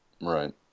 right